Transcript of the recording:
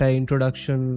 introduction